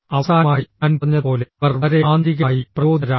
അവസാനമായി ഞാൻ പറഞ്ഞതുപോലെ അവർ വളരെ ആന്തരികമായി പ്രചോദിതരാണ്